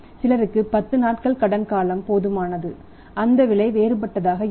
ஒருசிலருக்கு 10 நாட்கள் கடன் காலம் போதுமானது அந்த விலை வேறுபட்டதாக இருக்கும்